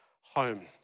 home